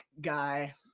guy